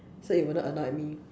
so it will not annoyed me